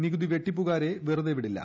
നികുതിവെട്ടിപ്പുകാരെ വെറുതെ വിടില്ല